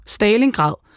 Stalingrad